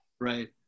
Right